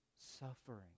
suffering